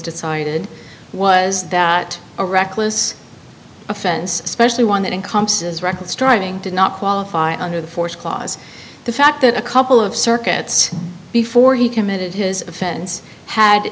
decided was that a reckless offense especially one that encompasses reckless driving did not qualify under the th clause the fact that a couple of circuits before he committed his offense had